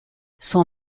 son